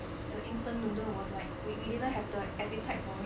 the instant noodle was like we we didn't have the appetite for it